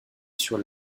sur